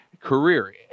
career